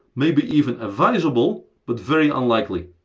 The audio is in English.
maybe even advisable, but very unlikely.